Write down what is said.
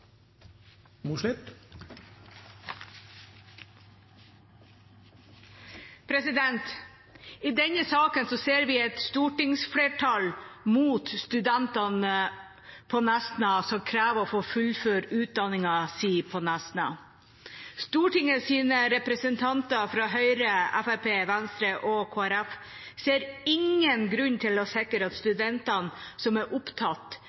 I denne saken ser vi et stortingsflertall mot studentene på Nesna som krever å få fullføre utdanningen sin på Nesna. Stortingets representanter fra Høyre, Fremskrittspartiet, Venstre og Kristelig Folkeparti ser ingen grunn til å sikre at studentene som er opptatt